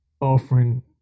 offering